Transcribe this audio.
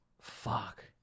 Fuck